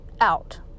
out